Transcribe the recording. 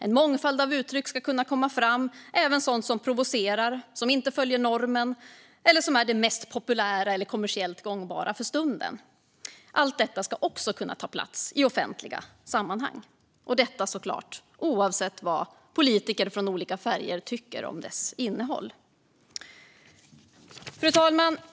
En mångfald av uttryck ska kunna komma fram, även sådant som provocerar och som inte följer normen eller är det mest populära eller kommersiellt gångbart för stunden. Allt detta ska också kunna ta plats i offentliga sammanhang - detta såklart oavsett vad politiker av olika färger tycker om innehållet. Fru talman!